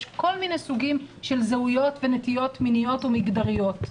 יש כל מיני סוגים של זהויות ונטיות מיניות ומגדריות.